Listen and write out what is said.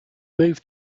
moved